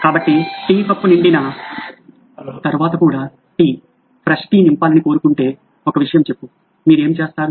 కాబట్టి tea cup నిండిన తర్వాత కూడా టీ ఫ్రెష్ టీ నింపాలని కోరుకుంటే ఒక విషయం చెప్పు మీరు ఏమి చేస్తారు